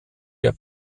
der